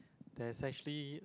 there's actually